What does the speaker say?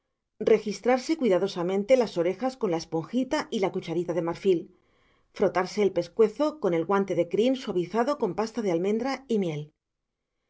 registrarse cuidadosamente las orejas con la esponjita y la cucharita de marfil frotarse el pescuezo con el guante de crin suavizado con pasta de almendra y miel